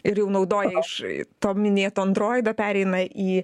ir jau naudoja aš to minėto androido pereina į